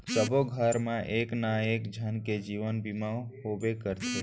सबो घर मा एक ना एक झन के जीवन बीमा होबे करथे